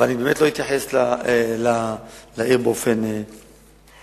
אבל אני באמת לא אתייחס לעיר באופן נקודתי.